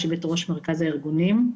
יושבת ראש מרכז הארגונים,